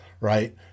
right